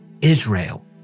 Israel